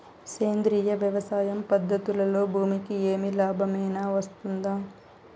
సేంద్రియ వ్యవసాయం పద్ధతులలో భూమికి ఏమి లాభమేనా వస్తుంది?